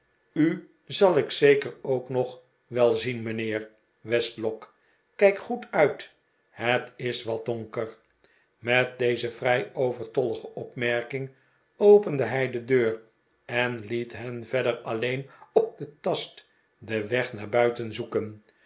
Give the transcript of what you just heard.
u zal ik zeker ook nog wel zien mijnheer westlock kijk goed uit het is wat donker met deze vrij overtollige bpmerking opende hij de deur en liet hen verder alleen op den tast den weg naar buiten zoeken